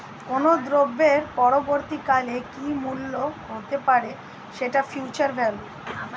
কোনো দ্রব্যের পরবর্তী কালে কি মূল্য হতে পারে, সেটা ফিউচার ভ্যালু